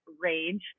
rage